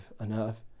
enough